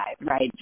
right